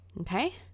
okay